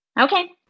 Okay